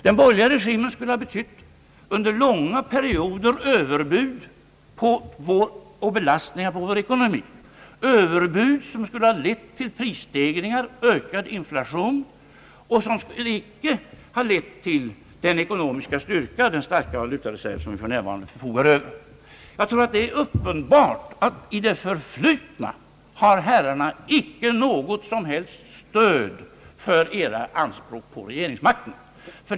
Den skulle ha betytt under långa perioder överbud och belastningar på vår ekonomi, överbud som skulle ha lett till prisstegringar och ökad inflation; den skulle icke ha lett till den ekonomiska styrka, den starka valutareserv, som vi för närvarande förfogar över. | Det är uppenbart att i det förflutna har herrarna icke något som helst stöd för edra anspråk på regeringsmakten.